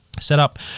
setup